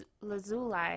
lazuli